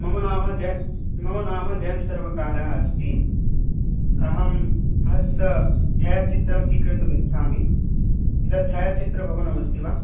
मम नाम ज मम नाम जयन्त् सर्वकारः अस्ति अहम् अस् छायाचित्रं स्वीकर्तुम् इच्छामि एतत् छायाचित्रभवनम् अस्ति वा